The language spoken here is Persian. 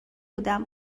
بودم